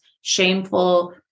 shameful